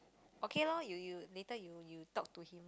okay loh you you later you you talk to him